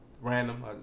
random